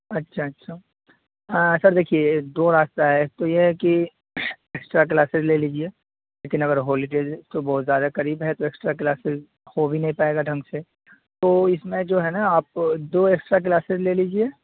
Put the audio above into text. اچھا اچھا سر دیکھیے دو راستہ ہے ایک تو یہ ہے کہ اکسٹرا کلاسز لے لیجیے لیکن اگر ہولیڈیز تو بہت زیادہ قریب ہے تو اکسٹرا کلاسز ہو بھی نہیں پائے گا ڈھنگ سے تو اس میں جو ہے نا آپ دو اکسٹرا کلاسز لے لیجیے